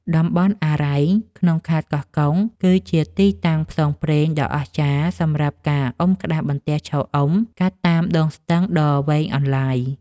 តំបន់អារ៉ែងក្នុងខេត្តកោះកុង គឺជាទីតាំងផ្សងព្រេងដ៏អស្ចារ្យសម្រាប់ការអុំក្តារបន្ទះឈរអុំ កាត់តាមដងស្ទឹងដ៏វែងអន្លាយ។